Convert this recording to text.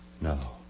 No